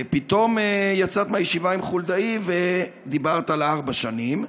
פתאום יצאת מהישיבה עם חולדאי ודיברת על ארבע שנים,